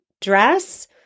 dress